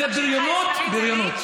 זו בריונות,